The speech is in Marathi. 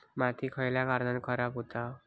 माती खयल्या कारणान खराब हुता?